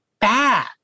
bad